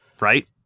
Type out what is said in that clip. Right